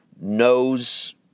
knows